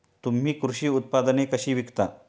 तुम्ही कृषी उत्पादने कशी विकता?